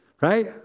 Right